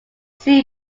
floor